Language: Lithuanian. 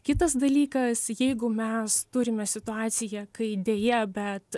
kitas dalykas jeigu mes turime situaciją kai deja bet